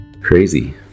Crazy